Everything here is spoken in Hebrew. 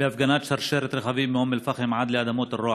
בהפגנת שרשרת רכבים מאום אל-פחם עד לאדמות אל-רוחה.